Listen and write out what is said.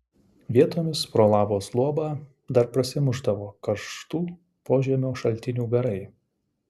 vietomis pro lavos luobą dar prasimušdavo karštų požemio šaltinių garai